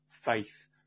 faith